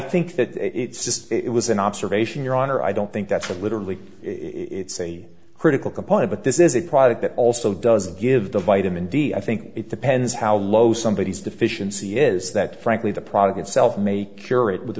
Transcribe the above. think that it's just it was an observation your honor i don't think that for literally it's a critical component but this is a product that also doesn't give the vitamin d i think it depends how low somebody is deficiency is that frankly the product itself make your it with